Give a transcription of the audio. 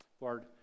lord